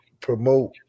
promote